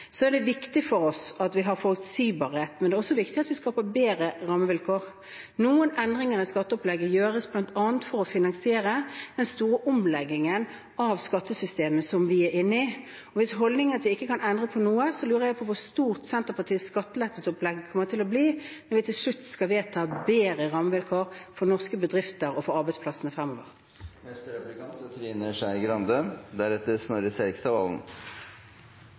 Så er det viktig for oss at vi har forutsigbarhet, men det er også viktig at vi skaper bedre rammevilkår. Noen av endringene i skatteopplegget gjøres bl.a. for å finansiere den store omleggingen av skattesystemet, som vi er inne i, og hvis holdningen er at vi ikke kan endre på noe, så lurer jeg på hvor stort Senterpartiets skattelettelsesopplegg kommer til å bli når vi til slutt skal vedta bedre rammevilkår for norske bedrifter og for arbeidsplassene fremover. Noen i denne salen er